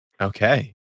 Okay